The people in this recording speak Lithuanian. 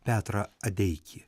petrą adeikį